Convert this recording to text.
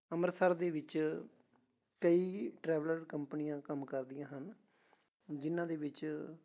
ਅੰਮ੍ਰਿਤਸਰ ਦੇ ਵਿੱਚ ਕਈ ਟਰੈਵਲਰ ਕੰਪਨੀਆਂ ਕੰਮ ਕਰਦੀਆਂ ਹਨ ਜਿਨ੍ਹਾਂ ਦੇ ਵਿੱਚ